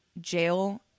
jail